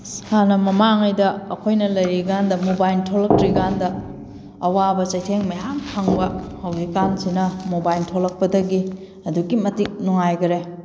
ꯍꯥꯟꯅ ꯃꯃꯥꯡꯉꯩꯗ ꯑꯩꯈꯣꯏꯅ ꯂꯩꯔꯤꯀꯥꯟꯗ ꯃꯣꯕꯥꯏꯜ ꯊꯣꯛꯂꯛꯇ꯭ꯔꯤ ꯀꯥꯟꯗ ꯑꯋꯥꯕ ꯆꯩꯊꯦꯡ ꯃꯌꯥꯝ ꯑꯃ ꯐꯪꯕ ꯍꯧꯖꯤꯛꯀꯥꯟꯁꯤꯅ ꯃꯣꯕꯥꯏꯜ ꯊꯣꯛꯂꯛꯄꯗꯒꯤ ꯑꯗꯨꯛꯀꯤ ꯃꯇꯤꯛ ꯅꯨꯡꯉꯥꯏꯈꯔꯦ